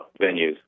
venues